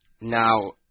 Now